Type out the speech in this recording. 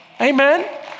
Amen